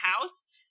house